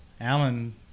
Alan